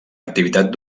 activitat